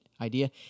idea